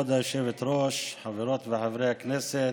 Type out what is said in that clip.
כבוד היושבת-ראש, חברות וחברי הכנסת,